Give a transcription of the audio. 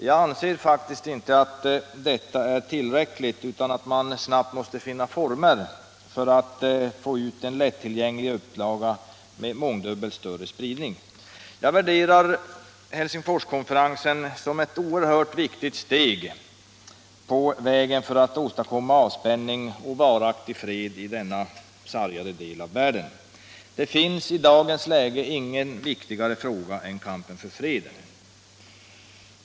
Jag anser faktiskt inte att detta är tillräckligt, utan man måste, enligt min mening, snabbt finna former att få ut en lätttillgänglig upplaga med mångdubbelt större spridning. Om åtgärder för att sprida kännedom om slutdokumentet från Helsingforskonferensen för fred och säkerhet i Europa Om åtgärder för att sprida kännedom om slutdokumentet från Helsingforskonferensen för fred och säkerhet i Europa Jag anser Helsingforskonferensen vara ett oerhört viktigt steg på vägen för att åstadkomma avspänning och varaktig fred i denna sargade del av världen. Det finns i dagens läge ingenting viktigare än kampen för freden.